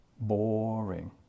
boring